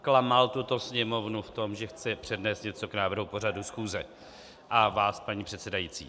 Klamal tuto Sněmovnu v tom, že chce přednést něco k návrhu pořadu schůze, a vás, paní předsedající.